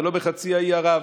זה לא בחצי האי ערב,